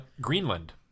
Greenland